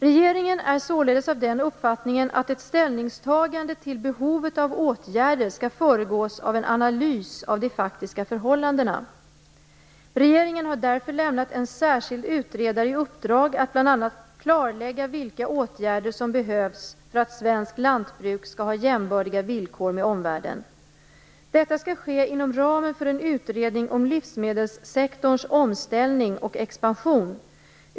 Regeringen är således av den uppfattningen att ett ställningstagande till behovet av åtgärder skall föregås av en analys av de faktiska förhållandena. Regeringen har därför lämnat en särskild utredare i uppdrag att bl.a. klarlägga vilka åtgärder som behövs för att svenskt lantbruk skall ha jämbördiga villkor med omvärlden. Detta skall ske inom ramen för en utredning om livsmedelssektorns omställning och expansion.